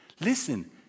listen